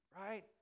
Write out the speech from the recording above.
right